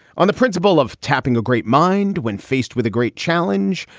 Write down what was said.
on the principle of tapping a great mind when faced with a great challenge,